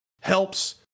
helps